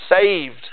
saved